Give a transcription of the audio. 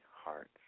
hearts